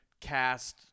cast